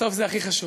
בסוף זה הכי חשוב.